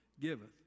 giveth